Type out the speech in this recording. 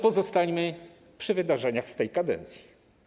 Pozostańmy jednak przy wydarzeniach z tej kadencji.